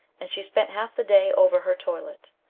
and she spent half the day over her toilet.